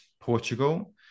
Portugal